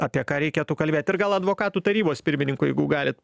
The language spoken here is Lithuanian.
apie ką reikėtų kalbėt ir gal advokatų tarybos pirmininkui jeigu galit